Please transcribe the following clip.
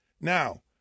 Now